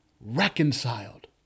reconciled